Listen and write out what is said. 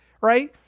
right